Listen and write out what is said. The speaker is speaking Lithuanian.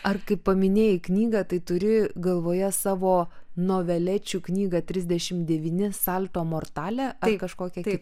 ar kai paminėjai knygą tai turi galvoje savo novelečių knygą trisdešimt devyni salto mortale ar kažkokią kitą